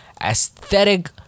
aesthetic